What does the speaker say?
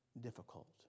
difficult